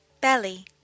Belly